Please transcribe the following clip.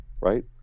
right